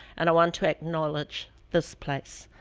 and i want to acknowledge this place.